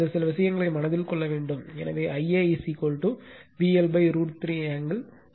இந்த சில விஷயங்களை மனதில் கொள்ள வேண்டும் எனவே Ia VL √ 3 ஆங்கிள் 30 Zy